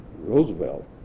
Roosevelt